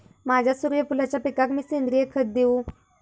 माझ्या सूर्यफुलाच्या पिकाक मी सेंद्रिय खत देवू?